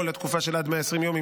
או לתקופה של עד 120 יום,